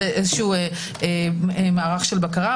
זה מערך של בקרה.